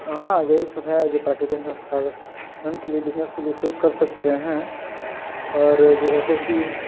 हाँ यही सब है जो प्राकृतिक के लिए बिजनेस के लिए उपयोग कर सकते है और जैसे कि